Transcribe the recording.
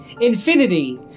infinity